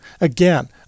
again